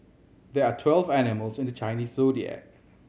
there are twelve animals in the Chinese Zodiac